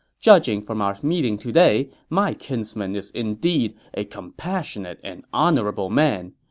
judging from our meeting today, my kinsman is indeed a compassionate and honorable man.